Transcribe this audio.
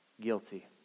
guilty